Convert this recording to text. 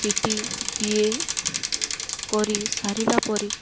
C T B A କରି ସାରିଲା ପରେ